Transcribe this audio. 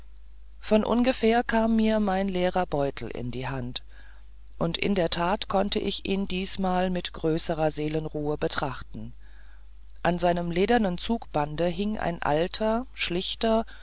von ungefähr kam mir mein leerer beutel in die hand und in der tat ich konnte ihn diesmal mit größter seelenruhe betrachten an seinem ledernen zugbande hing ein alter schlichter